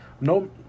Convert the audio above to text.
no